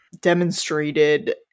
demonstrated